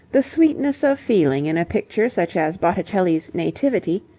the sweetness of feeling in a picture such as botticelli's nativity,